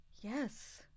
yes